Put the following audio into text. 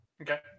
Okay